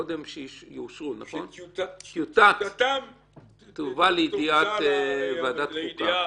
קודם שיאושרו, טיוטה תובא לידיעת ועדת החוקה.